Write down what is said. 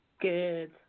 Good